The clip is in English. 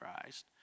Christ